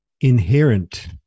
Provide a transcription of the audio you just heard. inherent